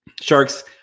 sharks